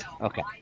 Okay